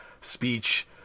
speech